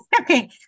okay